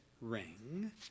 ring